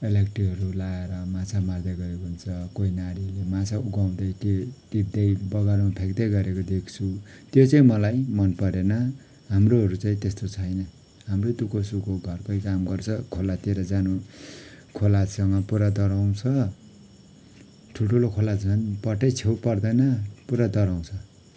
इलेक्ट्रीहरू लाएर माछा मार्दै गरेको हुन्छ कोही नारीले माछा उघाउँदै के टिप्दै बगरमा फ्याँक्दै गरेको देख्छु त्यो चाहिँ मलाई मनपरेन हाम्रोहरू चाहिँ त्यस्तो छैन हाम्रो दुःख सुख घरकै काम गर्छ खोलातिर जानु खोलासँग पुरा डराउँछ ठुल्ठुलो खोला झन पट्टै छेउ पर्दैन पुरा डराउँछ